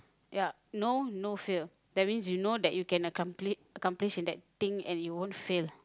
yeah know no fear that means you know that you can accompli~ accomplish in that thing and it won't fail